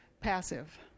passive